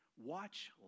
Watch